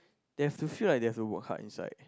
they have to feel like they have to work hard inside